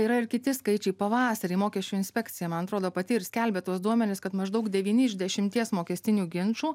yra ir kiti skaičiai pavasarį mokesčių inspekcija man atrodo pati ir skelbia tuos duomenis kad maždaug devyni iš dešimties mokestinių ginčų